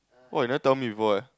oh you never tell me before eh